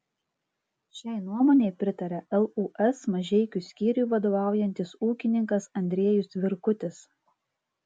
šiai nuomonei pritaria lūs mažeikių skyriui vadovaujantis ūkininkas andriejus virkutis